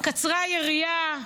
קצרה היריעה.